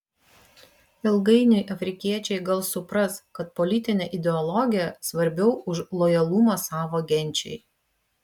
ilgainiui afrikiečiai gal supras kad politinė ideologija svarbiau už lojalumą savo genčiai